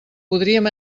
podríem